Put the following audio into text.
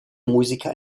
musiker